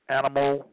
animal